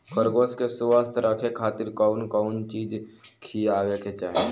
खरगोश के स्वस्थ रखे खातिर कउन कउन चिज खिआवे के चाही?